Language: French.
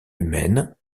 humaine